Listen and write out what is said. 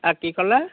অ' কি ক'লা